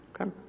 Okay